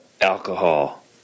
alcohol